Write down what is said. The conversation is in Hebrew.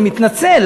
אני מתנצל,